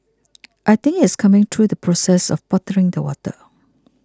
I think it is coming through the process of bottling the water